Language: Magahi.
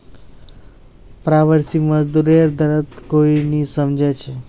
प्रवासी मजदूरेर दर्द कोई नी समझे छे